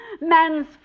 man's